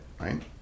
right